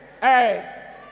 Hey